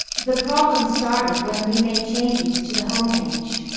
the problem started when we made changes to the homepage.